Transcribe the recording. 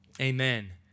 amen